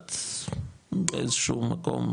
ממוצעת באיזשהו מקום,